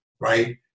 right